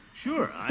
Sure